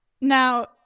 Now